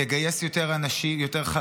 תגייס יותר חרדים,